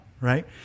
right